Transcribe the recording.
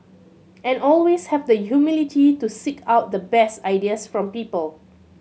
and always have the humility to seek out the best ideas from people